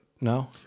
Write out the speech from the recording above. no